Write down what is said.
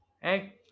hey